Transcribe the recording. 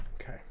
Okay